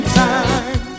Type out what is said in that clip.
time